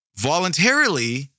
voluntarily